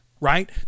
right